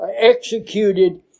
executed